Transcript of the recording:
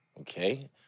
Okay